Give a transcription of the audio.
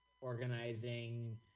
organizing